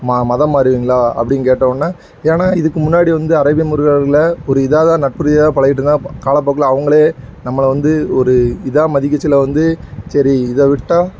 ம மதம் மாறுவீங்களா அப்படினு கேட்டவோன்ன ஏன்னா இதுக்கு முன்னாடி வந்து அரேபியன் முருகளில் ஒரு இதாக தான் நட்பு ரீதியாக பழகிட்ருந்தாங்க காலப்போக்கில் அவங்களே நம்மளை வந்து ஒரு இதாக மதிக்க சொல்லை வந்து சரி இதை விட்டால்